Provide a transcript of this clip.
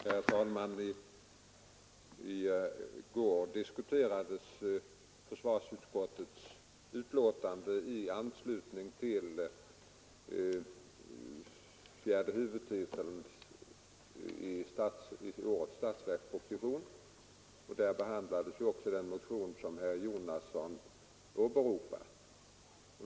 Herr talman! I går diskuterades försvarsutskottets betänkande i anslutning till fjärde huvudtiteln i årets statsverksproposition, och där behandlades ju också den motion som herr Jonasson åberopar.